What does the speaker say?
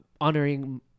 honoring